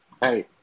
Hey